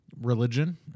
religion